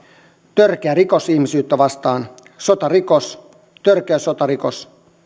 törkeä rikos ihmisyyttä vastaan sotarikos törkeä sotarikos